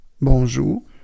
Bonjour